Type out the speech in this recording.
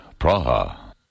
Praha